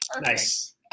Nice